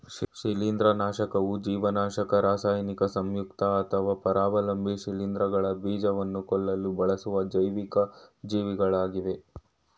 ಶಿಲೀಂಧ್ರನಾಶಕವು ಜೀವನಾಶಕ ರಾಸಾಯನಿಕ ಸಂಯುಕ್ತ ಅಥವಾ ಪರಾವಲಂಬಿ ಶಿಲೀಂಧ್ರಗಳ ಬೀಜಕ ಕೊಲ್ಲಲು ಬಳಸುವ ಜೈವಿಕ ಜೀವಿಗಳಾಗಿವೆ